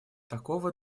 такого